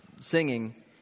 singing